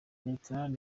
bertrand